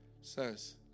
says